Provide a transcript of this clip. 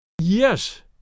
Yes